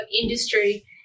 industry